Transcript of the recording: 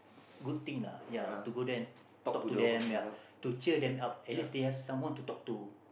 good thing lah ya to go there and talk to them ya to cheer them up at least they have someone to talk to